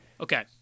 Okay